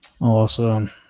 Awesome